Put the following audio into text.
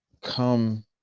come